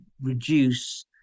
reduce